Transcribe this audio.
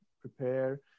prepare